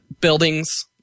buildings